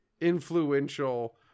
influential